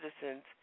citizens